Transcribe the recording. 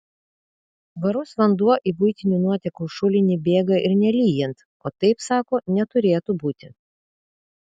švarus vanduo į buitinių nuotekų šulinį bėga ir nelyjant o taip sako neturėtų būti